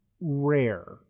rare